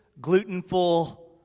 glutenful